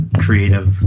creative